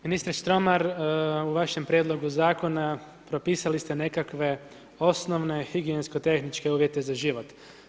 Ministre Štromar, u vašem prijedlogu zakona propisali ste nekakve osnovne higijensko-tehničke uvjete za život.